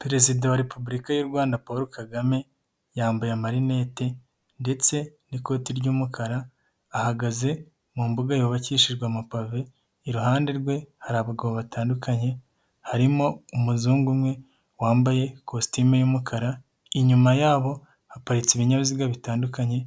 Perezida wa repubulika y'u Rwanda Paul Kagame yambaye amarinete ndetse n'ikoti ry'umukara ahagaze mu mbuga yubakishijwe amapave, iruhande rwe hari abagabo batandukanye harimo umuzungu umwe wambaye ikositimu y'umukara; inyuma yabo haparitse ibinyabiziga bitandukanye